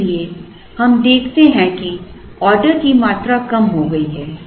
इसलिए हम देखते हैं कि ऑर्डर की मात्रा कम हो गई है